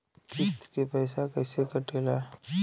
किस्त के पैसा कैसे कटेला?